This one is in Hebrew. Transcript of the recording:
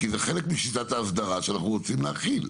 כי זה חלק משיטת ההסדרה שאנחנו רוצים להחיל.